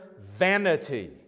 vanity